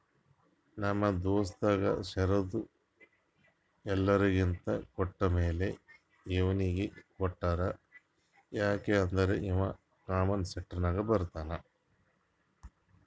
ನಮ್ ದೋಸ್ತಗ್ ಶೇರ್ದು ಎಲ್ಲೊರಿಗ್ ಕೊಟ್ಟಮ್ಯಾಲ ಇವ್ನಿಗ್ ಕೊಟ್ಟಾರ್ ಯಾಕ್ ಅಂದುರ್ ಇವಾ ಕಾಮನ್ ಸ್ಟಾಕ್ನಾಗ್ ಬರ್ತಾನ್